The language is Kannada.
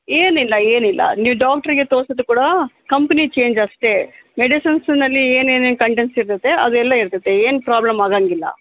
ಏನಿಲ್ಲ ಏನಿಲ್ಲ ನೀವು ಡಾಕ್ಟ್ರಿಗೆ ತೋರ್ಸಿದರು ಕೂಡ ಕಂಪೆನಿ ಚೇಂಜ್ ಅಷ್ಟೇ ಮೆಡಿಸನ್ಸ್ನಲ್ಲಿ ಏನೇನು ಕಂಟೆಂಟ್ಸ್ ಸಿಗುತ್ತೆ ಅದೆಲ್ಲ ಇರ್ತೈತೆ ಏನು ಪ್ರಾಬ್ಲಮ್ ಆಗೋಂಗಿಲ್ಲ